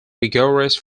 rigorous